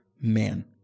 man